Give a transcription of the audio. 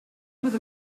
with